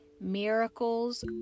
Miracles